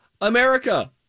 America